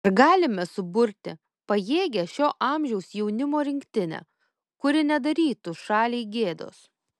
ar galime suburti pajėgią šio amžiaus jaunimo rinktinę kuri nedarytų šaliai gėdos